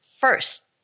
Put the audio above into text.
first